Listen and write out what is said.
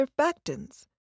Surfactants